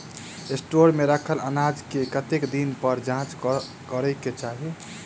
Store मे रखल अनाज केँ कतेक दिन पर जाँच करै केँ चाहि?